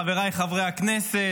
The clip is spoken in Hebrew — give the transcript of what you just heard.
חבריי חברי הכנסת,